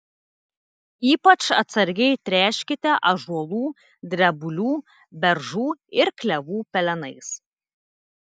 ypač atsargiai tręškite ąžuolų drebulių beržų ir klevų pelenais